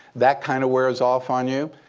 that kind of wears off on you.